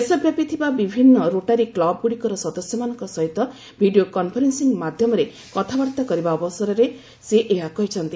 ଦେଶ ବ୍ୟାପି ଥିବା ବିଭିନ୍ନ ରୋଟାରି କୁବ୍ଗୁଡ଼ିକର ସଦସ୍ୟମାନଙ୍କ ସହିତ ଭିଡ଼ିଓ କନଫରେନ୍ନିଂ ମାଧ୍ୟମରେ କଥାବାର୍ତ୍ତା କରିବା ସମୟରେ ସେ ଏହା କହିଛନ୍ତି